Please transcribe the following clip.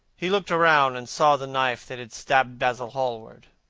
he looked round and saw the knife that had stabbed basil hallward.